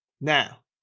Now